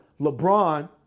LeBron